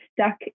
stuck